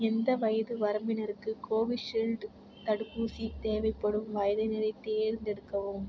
எந்த வயது வரம்பினருக்கு கோவிஷீல்டு தடுப்பூசி தேவைப்படும் வயதினரைத் தேர்ந்தெடுக்கவும்